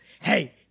Hey